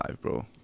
bro